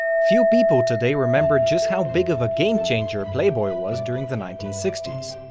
few people today remember just how big of a gamechanger playboy was during the nineteen sixty s.